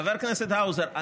חבר הכנסת האוזר,